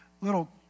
little